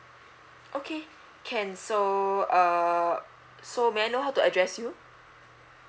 okay can so uh so may I know how to address you